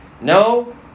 No